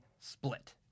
split